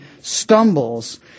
stumbles